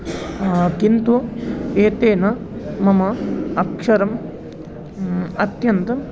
किन्तु एतेन मम अक्षरम् अत्यन्तम्